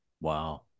Wow